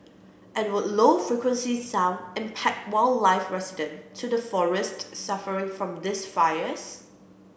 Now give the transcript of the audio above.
and would low frequency sound impact wildlife resident to the forest suffering from these fires